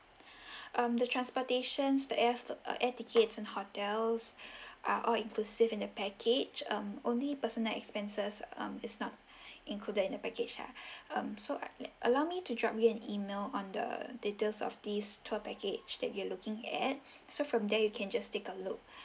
um the transportations the air the air tickets and hotels are all inclusive in the package um only personal expenses um is not included in the package ah um so allow me to drop you an email on the details of this tour package that you are looking at so from there you can just take a look